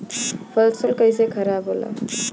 फसल कैसे खाराब होला?